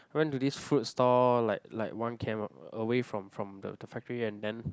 went to this fruit store like like one k_m a a away from from the the factory and then